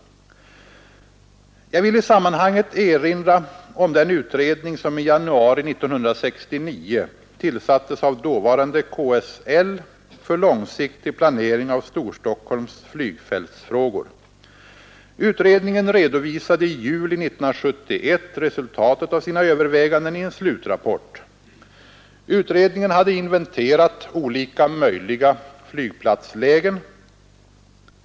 Jag vill i sammanhanget erinra om den utredning, som i januari 1969 tillsattes av dåvarande KSL för långsiktig planering av Storstockholms flygfältsfrågor. Utredningen redovisade i juli 1971 resultatet av sina överväganden i en slutrapport. Utredningen hade inventerat olika möjliga flygplatslägen.